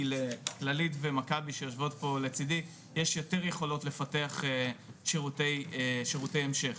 כי לכללית ומכבי שיושבות פה לצדי יש יותר יכולות לפתח שירותי המשך.